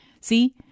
See